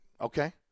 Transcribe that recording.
okay